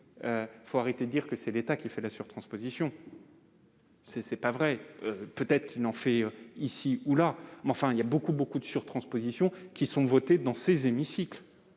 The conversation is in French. il faut arrêter de dire que c'est l'État qui fait de la surtransposition. Ce n'est pas vrai ! Peut-être qu'il en fait ici ou là, mais de nombreuses surtranspositions sont votées dans les hémicycles